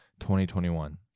2021